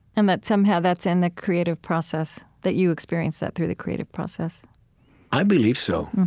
and that somehow that's in the creative process that you experience that through the creative process i believe so.